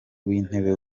w’intebe